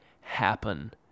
happen